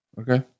Okay